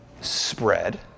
spread